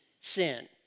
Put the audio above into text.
sin